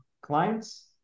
clients